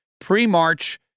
pre-March